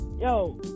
yo